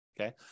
okay